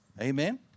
Amen